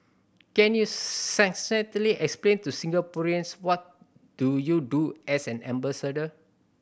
can you succinctly explain to Singaporeans what do you do as an ambassador